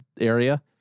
area